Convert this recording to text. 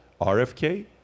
RFK